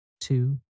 two